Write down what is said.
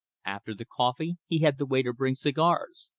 after the coffee he had the waiter bring cigars.